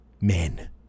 men